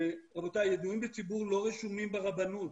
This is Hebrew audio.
רבותיי, ידועים בציבור לא רשומים ברבנות,